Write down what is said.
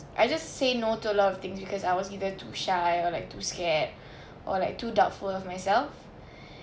I just say no to a lot of things because I was either too shy or like too scared or like too doubtful of myself